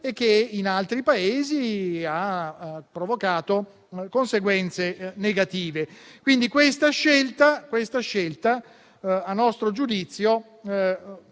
che in altri Paesi ha provocato conseguenze negative. Questa scelta, quindi, a nostro giudizio,